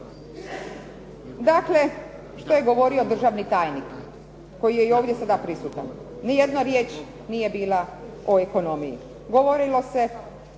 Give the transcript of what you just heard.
dakle što je govorio državni tajnik koji je i ovdje sada prisutan. Nijedna riječ nije bila o ekonomiji. Govorilo se